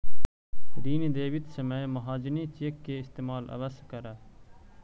ऋण देवित समय महाजनी चेक के इस्तेमाल अवश्य करऽ